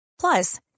Plus